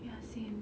ya same